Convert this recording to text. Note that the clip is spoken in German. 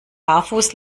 barfuß